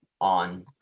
on